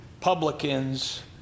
publicans